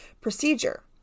procedure